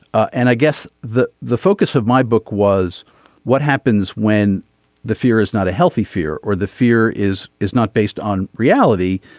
and i guess that the focus of my book was what happens when the fear is not a healthy fear or the fear is is not based on reality.